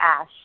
Ash